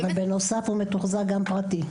ובנוסף הוא מתוחזק גם פרטי.